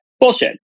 Bullshit